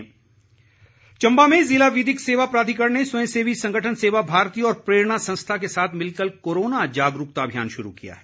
अभियान चम्बा में जिला विधिक सेवा प्राधिकरण ने स्वयंसेवी संगठन सेवा भारती और प्रेरणा संस्था के साथ मिलकर कोरोना जागरूकता अभियान शुरू किया है